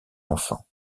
enfants